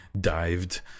dived